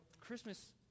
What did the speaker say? Christmas